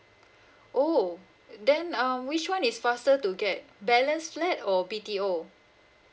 oh then um which one is faster to get balance flat or B_T_O